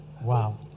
Wow